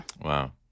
Wow